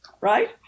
right